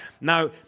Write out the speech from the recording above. Now